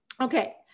Okay